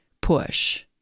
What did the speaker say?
push